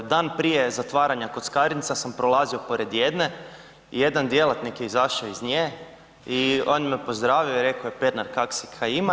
Dan prije zatvaranja kockarnica sam prolazio pored jedne i jedan djelatnik je izašao iz nje i on me pozdravio i rekao Pernar, kak si, kaj ima?